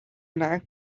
nag